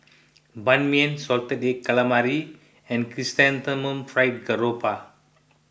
Ban Mian Salted Egg Calamari and Chrysanthemum Fried Garoupa